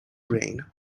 reign